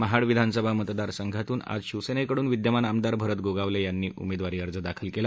महाड विधानसभा मतदार संघातून आज शिवसेनेकडून विद्यमान आमदार भरत गोगावले यांनी उमेदवारी अर्ज दाखल केला